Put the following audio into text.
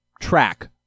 track